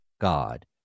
God